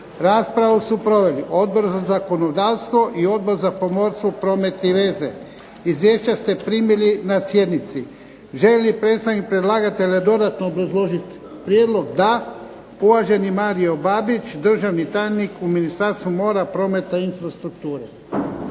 Raspravu su proveli Odbor za zakonodavstvo i Odbor za pomorstvo, promet i veze. Izvješća ste primili na sjednici. Želi li predstavnik predlagatelja dodatno obrazložiti prijedlog? Da. Uvaženi Mario Babić, državni tajnik u Ministarstvu mora, prometa i infrastrukture.